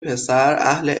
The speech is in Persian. پسراهل